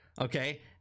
okay